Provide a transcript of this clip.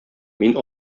мин